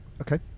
Okay